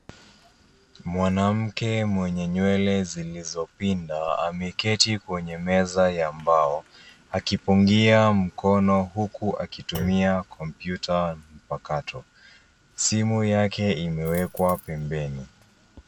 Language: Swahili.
Mwanamke mwenye nywele zilizopinda ameketi kwenye meza ya mbao, akipungia mkono huku akitumia kompyuta mpakato. Simu yake imewekwa pembeni.